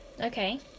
Okay